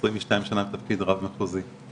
22 שנה בתפקיד רב מחוזי.